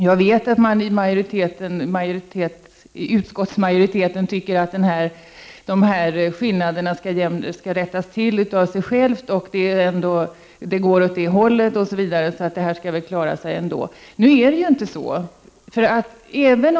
Jag vet att man i utskottsmajoriteten tycker att skillnaderna skall rättas till av sig självt, att utvecklingen går åt det hållet osv. så att det skall klara sig ändå. Nu är det emellertid inte så.